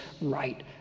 right